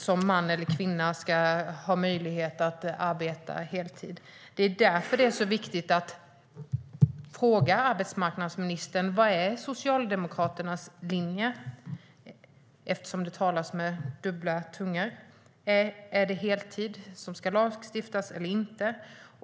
Som man eller kvinna ska man ha möjlighet att arbeta heltid. Det är därför det är så viktigt att fråga arbetsmarknadsministern vad som är Socialdemokraternas linje. Det talas ju med kluven tunga. Är det heltid som ska lagstiftas eller inte?